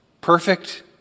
Perfect